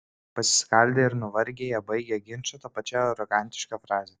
pasiskaldę ir nuvargę jie baigia ginčą ta pačia arogantiška fraze